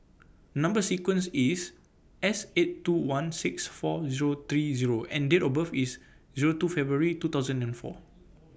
Number sequence IS S eight two one six four Zero three Zero and Date of birth IS Zero two February two thousand and four